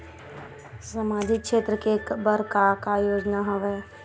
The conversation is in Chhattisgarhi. सामाजिक क्षेत्र के बर का का योजना हवय?